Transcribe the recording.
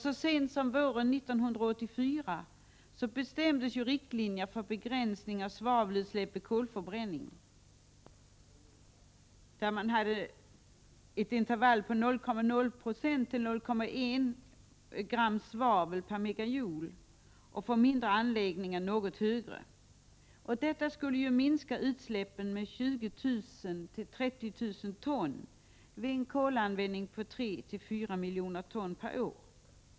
Så sent som våren 1984 bestämdes riktlinjer för begränsning av svavelutsläpp vid kolförbränning. För större anläggningar angavs ett intervall på 0,05-0,1 g svavel/megajoule och för mindre anläggningar något högre. Detta skulle minska utsläppen med 20 000-30 000 ton vid en kolanvändning på 34 miljoner ton per år.